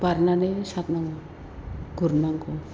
बारनानै सारनाङो गुरनांगौ